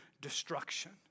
destruction